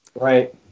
Right